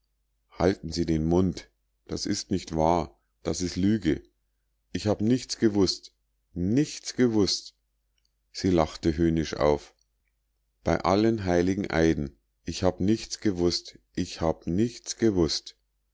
halten sie den mund das ist nicht wahr das is lüge ich hab nichts gewußt nichts gewußt sie lachte höhnisch auf bei allen heiligen eiden ich hab nichts gewußt ich hab nichts gewußt